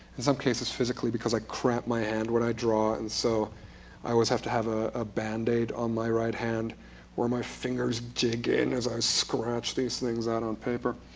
in some cases physically, because i cramp my hand when i draw. and so i always have to have a ah band-aid my right hand or my fingers dig in as i scratch these things out on paper.